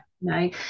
no